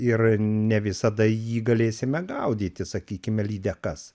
ir ne visada jį galėsime gaudyti sakykime lydekas